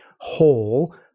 whole